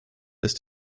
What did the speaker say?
ist